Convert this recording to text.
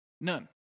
None